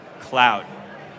cloud